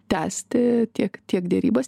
tęsti tiek tiek derybas